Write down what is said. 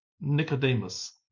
Nicodemus